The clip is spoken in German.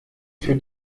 für